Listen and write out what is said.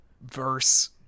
verse